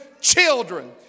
children